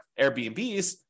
Airbnbs